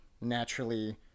naturally